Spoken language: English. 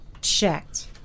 checked